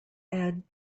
add